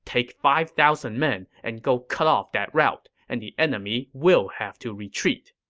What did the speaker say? take five thousand men and go cut off that route, and the enemy will have to retreat.